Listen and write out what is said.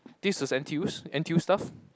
this was n_t_u's n_t_u's stuff